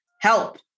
Help